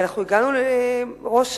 ושרת החינוך,